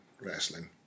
wrestling